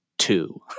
two